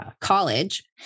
college